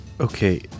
Okay